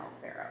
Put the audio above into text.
Pharaoh